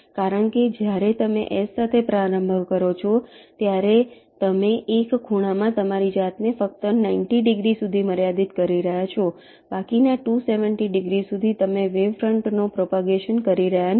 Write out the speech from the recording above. કારણ કે જ્યારે તમે S સાથે પ્રારંભ કરો છો ત્યારે તમે એક ખૂણામાં તમારી જાતને ફક્ત 90 ડિગ્રી સુધી મર્યાદિત કરી રહ્યા છો બાકીના 270 ડિગ્રી સુધી તમે વેવ ફ્રંટનો પ્રોપગેશન કરી રહ્યાં નથી